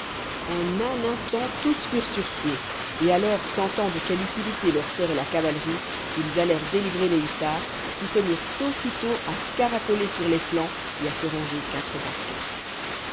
en un instant tous furent sur pied et alors sentant de quelle utilité leur serait la cavalerie ils allèrent délivrer les hussards qui se mirent aussitôt à caracoler sur les flancs et à se ranger quatre par quatre